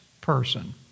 person